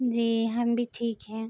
جی ہم بھی ٹھیک ہیں